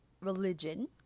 religion